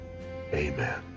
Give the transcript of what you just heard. amen